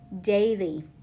Daily